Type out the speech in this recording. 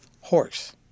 horse